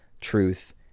truth